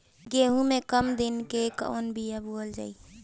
गेहूं के कम दिन के कवन बीआ बोअल जाई?